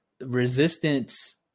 resistance